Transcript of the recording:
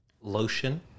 lotion